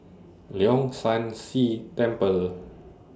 Leong San See Temple